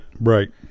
right